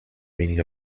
meaning